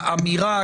אמירה,